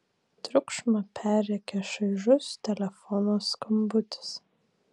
triukšmą perrėkia šaižus telefono skambutis